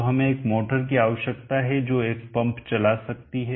तो हमें एक मोटर की आवश्यकता है जो एक पंप चला सकती है